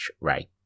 ray